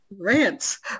rants